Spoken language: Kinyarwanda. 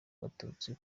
abatutsi